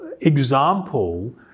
example